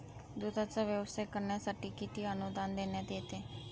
दूधाचा व्यवसाय करण्यासाठी किती अनुदान देण्यात येते?